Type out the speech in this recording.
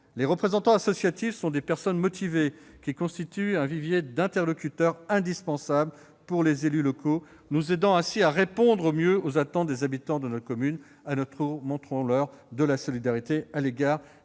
Les représentants associatifs sont des personnes motivées, qui constituent un vivier d'interlocuteurs indispensables pour les élus locaux, nous aidant ainsi à répondre au mieux aux attentes des habitants de nos communes. À notre tour, montrons-leur de la solidarité face aux